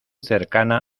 cercana